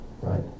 right